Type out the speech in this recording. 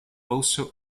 also